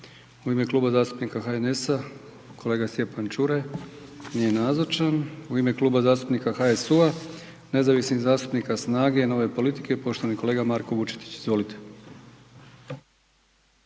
U ime Kluba zastupnika HNS-a kolega Stjepan Čuraj. Nije nazočan. U ime Kluba zastupnika HSU-a, Nezavisnih zastupnika, SNAGA-e i Nove politike, poštovani kolega Marko Vučetić. Izvolite.